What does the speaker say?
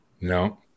No